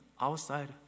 outside